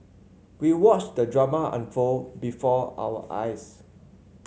we watched the drama unfold before our eyes